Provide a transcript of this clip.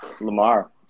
Lamar